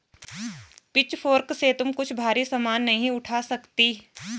pitchfork से तुम कुछ भारी सामान नहीं उठा सकती